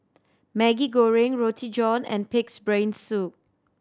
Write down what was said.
Maggi Goreng Roti John and Pig's Brain Soup